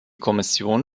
kommission